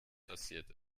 passiert